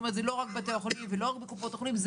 זה לא רק בבתי החולים ולא רק בקופות החולים,